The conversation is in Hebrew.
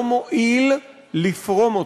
לא מועיל לפרום אותו.